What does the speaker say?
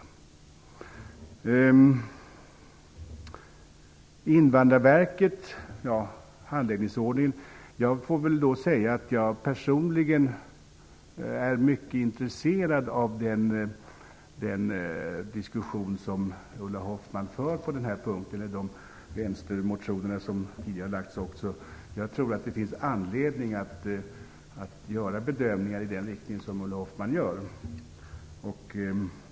När det gäller Invandrarverket och handläggningsordningen vill jag säga att jag personligen är mycket intresserad av den diskussion som Ulla Hoffman för med anledning av de vänstermotioner som tidigare har väckts. Jag tror att det finns anledning att göra bedömningar i den riktning som Ulla Hoffman avser.